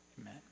amen